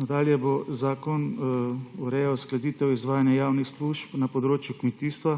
Nadalje bo zakon urejal uskladitev izvajanja javnih služb na področju kmetijstva,